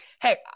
Hey